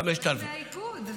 5,000. האיגוד.